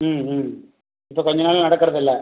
ம் ம் இப்போ கொஞ்சம் நாளாக நடக்கிறதில்ல